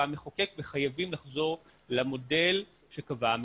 המחוקק וחייבים לחזור למודל שקבע המחוקק.